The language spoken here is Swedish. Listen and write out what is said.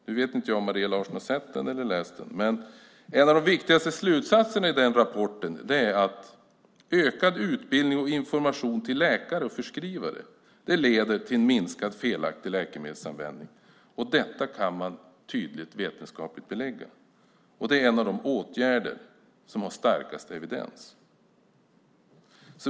Nu vet jag inte om Maria Larsson har sett den eller läst den, men en av de viktigaste slutsatserna i den rapporten är att ökad utbildning och information till läkare och förskrivare leder till minskad felaktig läkemedelsanvändning. Detta kan man tydligt vetenskapligt belägga, och det är en av de åtgärder som har starkast evidens.